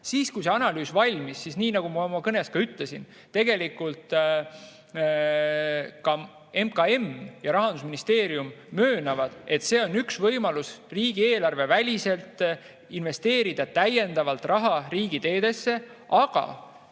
Kui see analüüs valmis, siis nii nagu ma oma kõnes ka ütlesin, tegelikult MKM ja Rahandusministeerium möönsid, et see on üks võimalus riigieelarveväliselt investeerida täiendavalt raha riigiteedesse. Aga